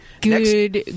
Good